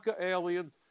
aliens